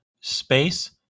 space